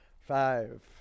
five